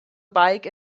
bike